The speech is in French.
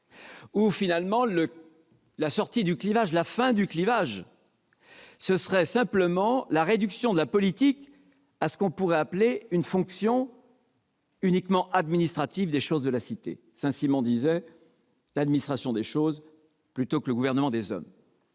finalement, la fin du clivage serait simplement la réduction de la politique à ce qu'on pourrait appeler une fonction uniquement administrative des choses de la cité. « L'administration des choses plutôt que le gouvernement des hommes